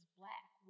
black